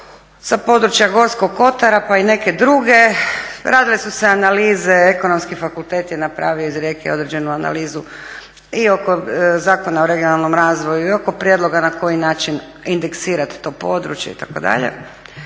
sa područja Gorskog Kotara pa i neke druge, radile su se analize. Ekonomski fakultet iz Rijeke je napravio određenu analizu i oko Zakona o regionalnom razvoju i oko prijedloga na koji način indeksirati to područja itd.